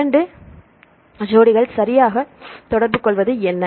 இரண்டு ஜோடிகள் சரியாக தொடர்புகொள்வது என்ன